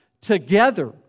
together